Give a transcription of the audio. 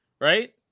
right